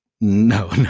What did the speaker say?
No